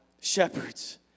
shepherds